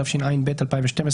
התשע"ב 2012,